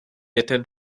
attend